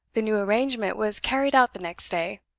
the new arrangement was carried out the next day.